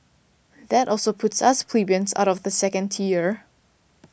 that also puts us plebeians out of the second tier